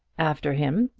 after him,